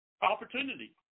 opportunity